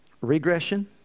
regression